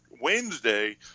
wednesday